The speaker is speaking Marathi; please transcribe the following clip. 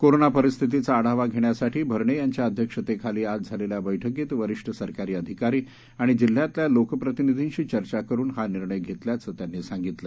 कोरोना परिस्थितीचा आढावा घेण्यासाठी भरणे यांच्या अध्यक्षतेखाली आज झालेल्या बस्कीत वरीष्ठ सरकारी अधिकारी आणि जिल्ह्यातल्या लोकप्रतिनिधींशी चर्चा करुन हा निर्णय घेतल्याचं त्यांनी सांगितलं